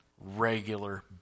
Regular